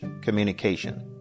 communication